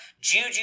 Juju